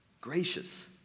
gracious